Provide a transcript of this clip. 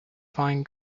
find